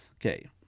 Okay